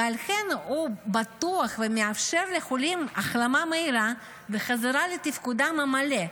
ועל כן הוא בטוח ומאפשר לחולים החלמה מהירה וחזרה לתפקודם המלא,